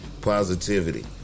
Positivity